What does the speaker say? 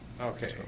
Okay